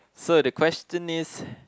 so the question is